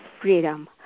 freedom